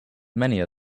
many